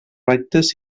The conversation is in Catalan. rectes